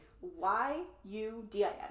y-u-d-i-n